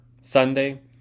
Sunday